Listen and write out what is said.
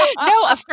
No